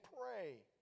pray